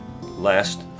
last